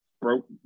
broke